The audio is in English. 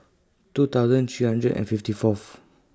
two thousand three hundred and fifty Fourth